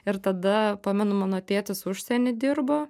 ir tada pamenu mano tėtis užsieny dirbo